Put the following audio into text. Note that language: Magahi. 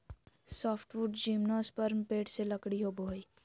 सॉफ्टवुड जिम्नोस्पर्म पेड़ से लकड़ी होबो हइ